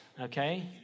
okay